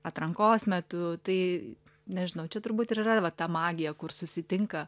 atrankos metu tai nežinau čia turbūt ir yra va ta magija kur susitinka